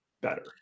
better